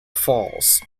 falls